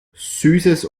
süßes